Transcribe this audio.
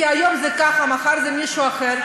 כי היום זה ככה ומחר זה מישהו אחר.